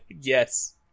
Yes